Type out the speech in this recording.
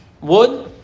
wood